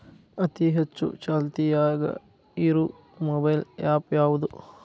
ಅತಿ ಹೆಚ್ಚ ಚಾಲ್ತಿಯಾಗ ಇರು ಮೊಬೈಲ್ ಆ್ಯಪ್ ಯಾವುದು?